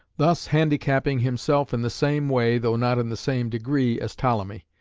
thus handicapping himself in the same way though not in the same degree as ptolemy.